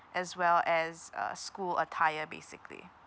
as well as uh school attire basically